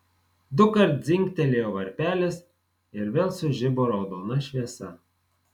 dukart dzingtelėjo varpelis ir vėl sužibo raudona šviesa